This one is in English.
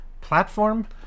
platform